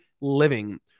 living